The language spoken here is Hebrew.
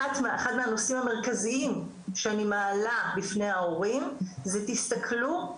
אחת מהנושאים המרכזיים שאני מעלה בפני ההורים זה תסתכלו,